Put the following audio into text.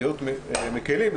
להיות מקלים,